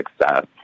success